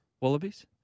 Wallabies